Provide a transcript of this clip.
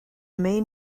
main